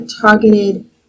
targeted